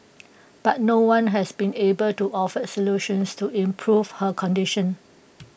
but no one has been able to offer solutions to improve her condition